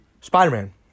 Spider-Man